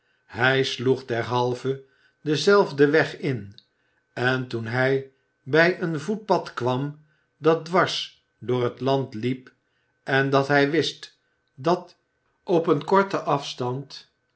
hij sloeg derhalve denzelfden weg in en toen hij bij een voetpad kwam dat dwars door het land liep en dat hij wist dat op een korten afstand